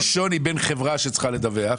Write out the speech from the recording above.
יש שוני בין חברה שצריכה לדווח,